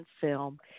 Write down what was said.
film